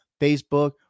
Facebook